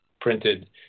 printed